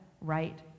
right